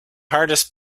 hardest